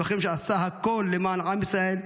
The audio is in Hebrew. לוחם שעשה הכול למען עם ישראל,